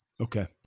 okay